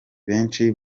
benshi